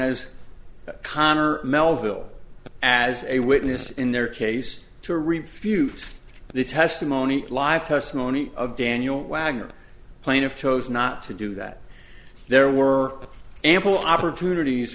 as conor melville as a witness in their case to refute the testimony live testimony of daniel wagner plaintiff chose not to do that there were ample opportunities